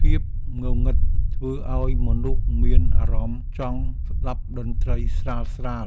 ភាពងងឹតធ្វើឱ្យមនុស្សមានអារម្មណ៍ចង់ស្តាប់តន្ត្រីស្រា